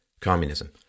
communism